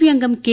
P അംഗം K